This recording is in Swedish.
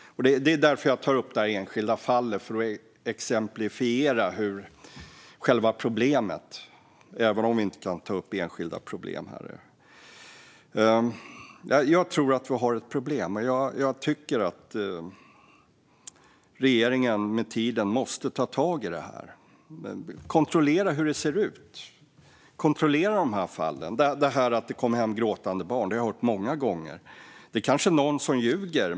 Det är därför jag tar upp det här enskilda fallet - för att exemplifiera själva problemet, även om vi inte kan ta upp enskilda problem. Jag tror att vi har ett problem. Jag tycker att regeringen med tiden måste ta tag i detta, kontrollera hur det ser ut, kontrollera de här fallen. Att det kommer hem gråtande barn har jag hört många gånger. Det är kanske någon som ljuger.